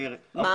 אני